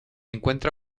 encuentra